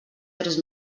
tres